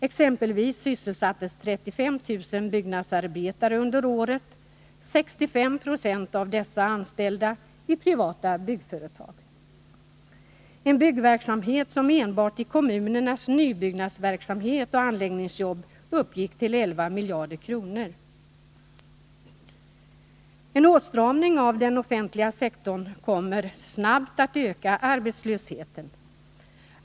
Exempelvis sysselsattes 35 000 byggnadsarbetare under året, 65 90 av dessa anställda i privatägda byggföretag. Det var en byggverksamhet som enbart i kommunernas nybyggnadsverksamhet och anläggningsjobb uppgick till 11 miljarder kronor. En åtstramning av den offentliga sektorn kommer snabbt att öka arbetslösheten.